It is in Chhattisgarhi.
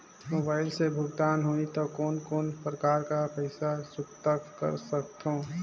मोबाइल से भुगतान होहि त कोन कोन प्रकार कर पईसा चुकता कर सकथव?